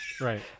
Right